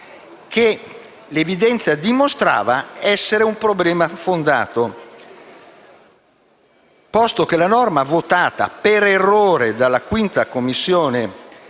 che l'evidenza dimostrava essere un problema fondato, posto che la norma, votata per errore dalla 5a Commissione,